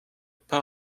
pas